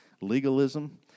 Legalism